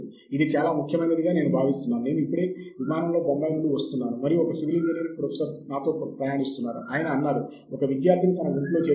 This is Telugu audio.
org ఇది మెకానికల్ ఇంజనీరింగ్ కమ్యూనిటీకి ఆసక్తి సమూహం